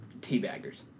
teabaggers